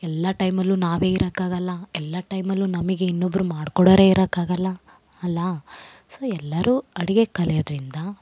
ಎಲ್ಲ ಟೈಮಲ್ಲೂ ನಾವೇ ಇರೊಕ್ಕಾಗಲ್ಲ ಎಲ್ಲ ಟೈಮಲ್ಲೂ ನಮಗೆ ಇನ್ನೊಬ್ಬರು ಮಾಡಿಕೊಡೋರೆ ಇರೋಕಾಗಲ್ಲ ಅಲ್ಲ ಸೋ ಎಲ್ಲರೂ ಅಡುಗೆ ಕಲಿಯೋದರಿಂದ